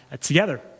together